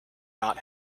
not